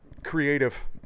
Creative